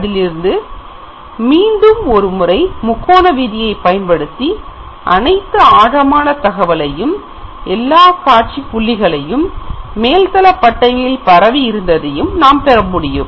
அதிலிருந்து மீண்டும் ஒருமுறை முக்கோண விதியைப் பயன்படுத்தி அனைத்து ஆழமான தகவலை எல்லா காட்சி புள்ளிகளுக்கும் மேல்தள பட்டையின் பரவி இருந்ததையும் பெறமுடியும்